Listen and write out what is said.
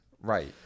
right